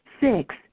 Six